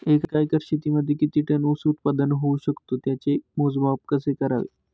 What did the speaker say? एका एकर शेतीमध्ये किती टन ऊस उत्पादन होऊ शकतो? त्याचे मोजमाप कसे करावे?